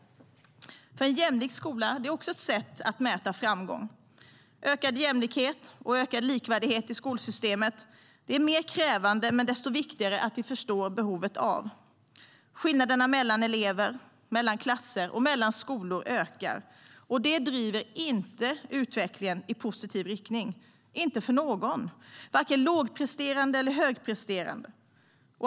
En jämlik skola är också ett sätt att mäta framgång. Ökad jämlikhet och ökad likvärdighet i skolsystemet är mer krävande men desto viktigare att förstå behovet av. Skillnaderna mellan elever, mellan klasser och mellan skolor ökar, och det driver inte utvecklingen i positiv riktning för någon, vare sig lågpresterande eller högpresterande.